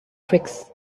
tricks